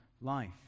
life